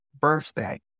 birthday